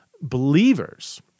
believers